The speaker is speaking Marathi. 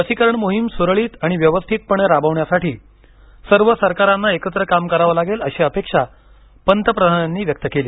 लसीकरण मोहीम सुरळीत आणि व्यवस्थितपणे राबवण्यासाठी सर्व सरकारांनी एकत्र काम करावं लागेल अशी अपेक्षा पंतप्रधानांनी व्यक्त केली